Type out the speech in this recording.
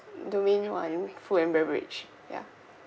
domain one food and beverage ya